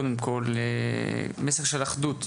קודם כל מסר של אחדות,